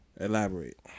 Elaborate